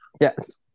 Yes